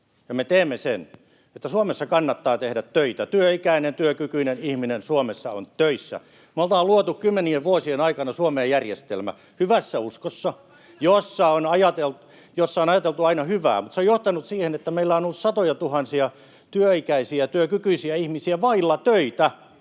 me teemme sen, että Suomessa kannattaa tehdä töitä, että työikäinen ja työkykyinen ihminen Suomessa on töissä. Me ollaan luotu kymmenien vuosien aikana Suomeen hyvässä uskossa järjestelmä, jossa on ajateltu aina hyvää, mutta se on johtanut siihen, että meillä on ollut satojatuhansia työikäisiä ja työkykyisiä ihmisiä vailla töitä.